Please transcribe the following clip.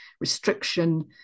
restriction